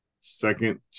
Second